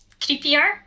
creepier